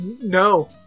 No